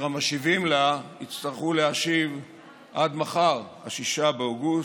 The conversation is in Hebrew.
המשיבים לה יצטרכו להשיב עד מחר, 6 באוגוסט.